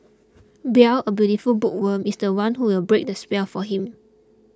Belle a beautiful bookworm is the one who will break the spell for him